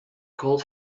cold